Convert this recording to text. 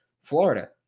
Florida